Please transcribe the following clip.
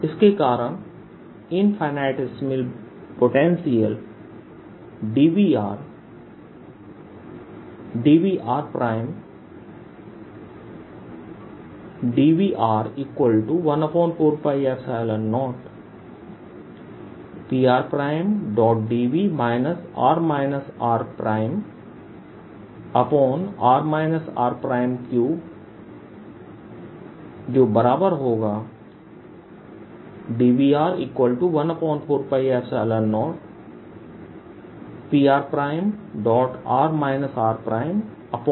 इसके कारण infinitesimal potential dV dV14π0PrdVr rr r3 जो बराबर होगा dV14π0Prr rr r3dV